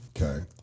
Okay